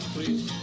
Please